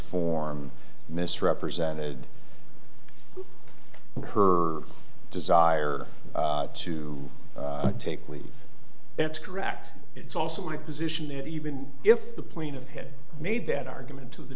form misrepresented her desire to take leave that's correct it's also my position that even if the plane of head made that argument to the